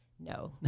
No